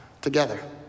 together